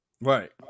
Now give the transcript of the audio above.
right